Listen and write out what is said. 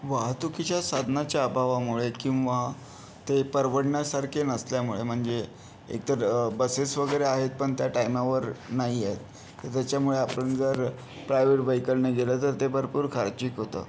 वाहतुकीच्या साधनाच्या अभावामुळे किंवा ते परवडण्यासारखे नसल्यामुळे म्हणजे एकतर बसेस वगैरे आहेत पण त्या टाईमावर नाही आहेत तर त्याच्यामुळे आपण जर प्रायव्हेट व्हेइकलने गेलं तर ते भरपूर खर्चिक होतं